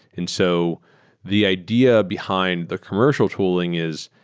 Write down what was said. and so the idea behind the commercial tooling is,